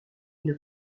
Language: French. une